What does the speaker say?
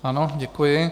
Ano, děkuji.